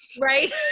Right